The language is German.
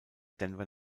denver